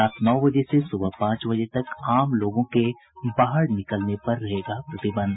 रात नौ बजे से सुबह पांच बजे तक आम लोगों के बाहर निकलने पर रहेगा प्रतिबंध